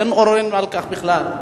אין עוררין על כך בכלל.